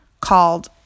called